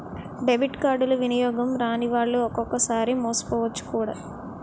debit కార్డులు వినియోగం రానివాళ్లు ఒక్కొక్కసారి మోసపోవచ్చు కూడా